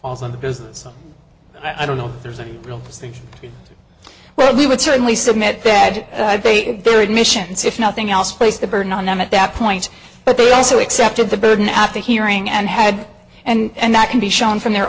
falls on the business i don't know there's a real well we would certainly submit that they their admissions if nothing else place the burden on them at that point but they also accepted the burden at the hearing and had and that can be shown from their